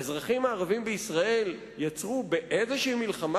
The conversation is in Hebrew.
האזרחים הערבים בישראל יצרו באיזושהי מלחמה